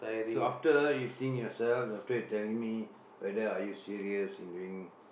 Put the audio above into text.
so after you think yourself after you telling me whether are you serious in doing